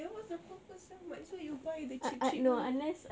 then what's the purpose eh might as well you buy the cheap cheap [one]